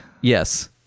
Yes